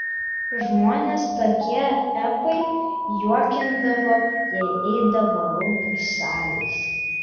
žmones tokie epai juokindavo jie eidavo lauk iš salės